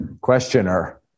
questioner